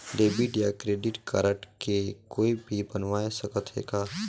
Debit या credit card के कोई भी बनवाय सकत है का?